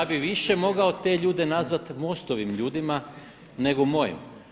Ja bih više mogao te ljude nazvati MOST-ovim ljudima nego mojim.